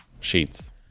Sheets